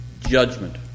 judgment